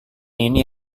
ini